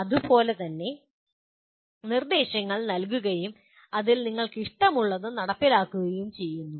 അതുപോലെ തന്നെ നിർദ്ദേശങ്ങൾ നൽകുകയും അതിൽ നിങ്ങൾക്കിഷ്ടമുള്ളത് നടപ്പിലാക്കുകയും ചെയ്യുന്നു